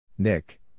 Nick